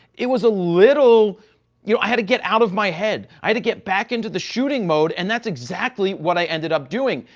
it was a little you know i had to get out of my head. i did get back into the shooting mode and that's exactly what i ended up doing.